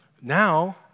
Now